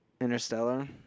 Interstellar